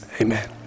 amen